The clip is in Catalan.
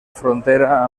frontera